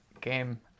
game